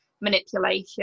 manipulation